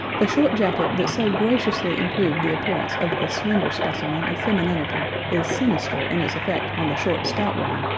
the short jacket that so graciously improved the appearance of the slender specimen of femininity is sinister in its effect on the short, stout woman,